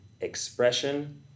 expression